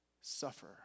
suffer